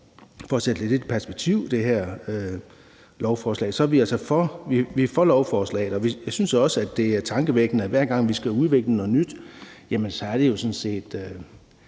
lovforslag lidt i perspektiv er vi altså for lovforslaget. Jeg synes også, det er tankevækkende, at hver gang vi skal udvikle noget nyt, er det sådan set